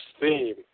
theme